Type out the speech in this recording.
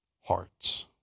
hearts